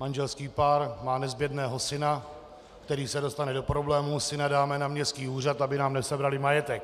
manželský pár má nezbedného syna, který se dostane do problémů, tak syna dáme na městský úřad, aby nám nesebrali majetek.